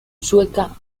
sueca